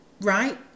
Right